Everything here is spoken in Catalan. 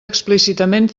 explícitament